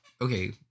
Okay